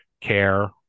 care